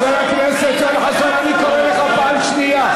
חבר הכנסת יואל חסון, אני קורא אותך פעם שנייה.